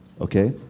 okay